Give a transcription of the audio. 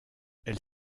elle